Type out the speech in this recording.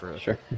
Sure